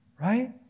right